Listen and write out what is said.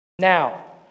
Now